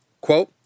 Quote